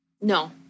No